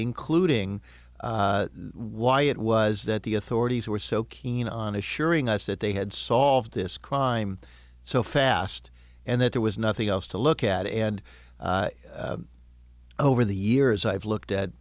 including why it was that the authorities were so keen on assuring us that they had solved this crime so fast and that there was nothing else to look at and over the years i've looked at